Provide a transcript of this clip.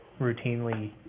routinely